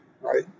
right